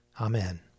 Amen